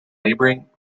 neighboring